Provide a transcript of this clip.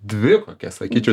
dvi kokias sakyčiau